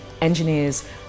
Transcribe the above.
Engineers